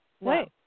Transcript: Wait